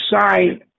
sign